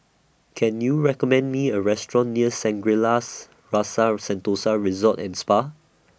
Can YOU recommend Me A Restaurant near Shangri La's Rasa Sentosa Resort and Spa